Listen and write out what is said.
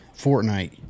Fortnite